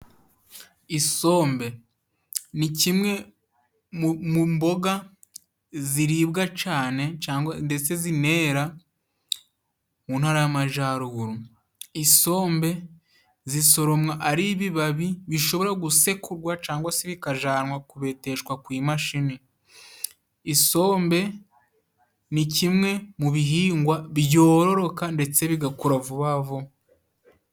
Isombe ni kimwe mu mboga ziribwa cane cangwa ndetse zinera mu ntara y'amajaruguru. Isombe zisoromwa ari ibibabi bishobora gusekugwa cyangwa se bikajanwa kubeteshwa ku imashini. Isombe ni kimwe mu bihingwa byororoka ndetse bigakura vuba vuba.